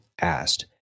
asked